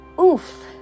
Oof